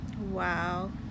wow